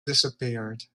disappeared